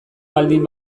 baldin